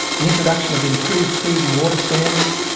the introduction of improved food and water standards,